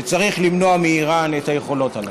שצריך למנוע מאיראן את היכולות הללו.